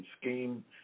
scheme